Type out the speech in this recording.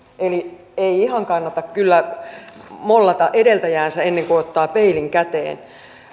ei ihan kannata kyllä mollata edeltäjäänsä ennen kuin ottaa peilin käteen